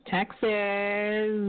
Texas